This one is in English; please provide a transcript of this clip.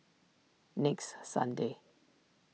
next Sunday